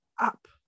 up